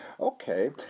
Okay